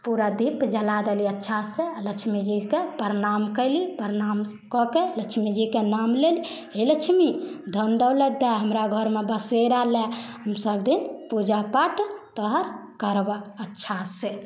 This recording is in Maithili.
पूरा दीप जला देली अच्छासँ आ लक्ष्मीजीकेँ प्रणाम कयली प्रणाम कऽ के लक्ष्मीजीके नाम लेली हे लक्ष्मी धन दौलति दए आ हमरा घरमे बसेरा लए हम सभदिन पूजा पाठ तोहर करबह अच्छासँ